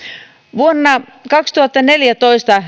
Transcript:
vuonna kaksituhattaneljätoista